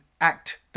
act